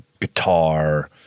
guitar